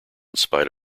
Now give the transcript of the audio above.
spite